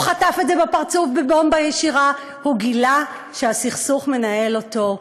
הוא חטף את זה בפרצוף בבומבה ישירה: הוא גילה שהסכסוך מנהל אותו.